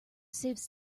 saves